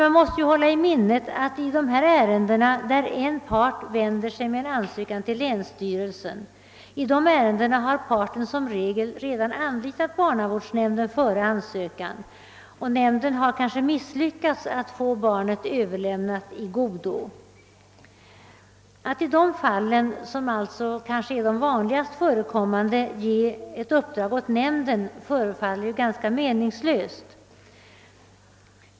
Man måste dock hålla i minnet att i ärenden där en part vänt sig till länsstyrelsen med en ansökan om överlämning, har denna part som regel redan anlitat barnavårdsnämnden, som kanske misslyckats med att få barnet överlämnat i godo. Att i sådana fall, som kanske är de vanligast förekommande, ge uppdraget åt nämnden förefaller ganska meningslöst.